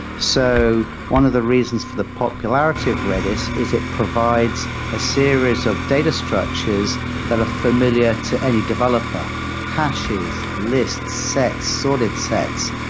so one of the reasons for the popularity of redis is it provides a series of data structures that are familiar to any developer hashes, lists, sets, sorted sets.